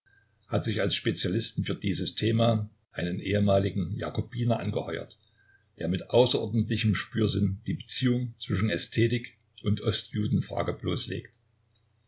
hat sich als spezialisten für dieses thema einen ehemaligen jakobiner angeheuert der mit außerordentlichem spürsinn die beziehungen zwischen ästhetik und ostjudenfrage bloßlegt